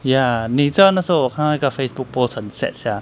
ya 你知道那时候我看到一个 Facebook post 很 sad sia